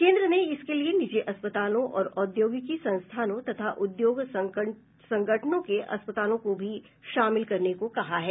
केन्द्र ने इसके लिए निजी अस्पतालों और औद्योगिकी संस्थानों तथा उद्योग संगठनों के अस्पतालों को भी शामिल करने को कहा है